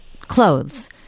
clothes